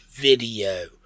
Video